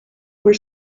were